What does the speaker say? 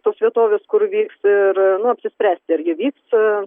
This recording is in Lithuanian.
tos vietovės kur vyks ir nu apsispręsti ar jie vyks